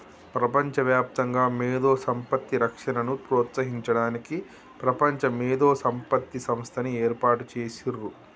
ప్రపంచవ్యాప్తంగా మేధో సంపత్తి రక్షణను ప్రోత్సహించడానికి ప్రపంచ మేధో సంపత్తి సంస్థని ఏర్పాటు చేసిర్రు